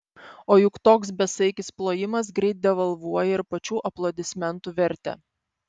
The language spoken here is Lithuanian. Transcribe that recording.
o juk toks besaikis plojimas greit devalvuoja ir pačių aplodismentų vertę